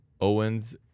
Owens